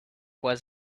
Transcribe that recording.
was